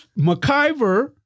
McIver